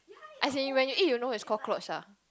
as in when you eat you know it's cockroach ah